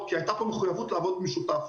כי הייתה פה מחויבות לעבוד במשותף.